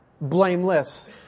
blameless